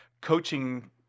coaching